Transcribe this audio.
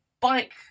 bike